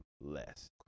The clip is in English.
less